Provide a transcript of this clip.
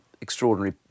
extraordinary